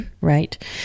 Right